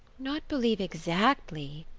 not believe exactly,